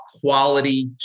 quality